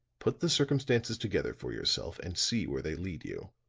put the circumstances together for yourself and see where they lead you.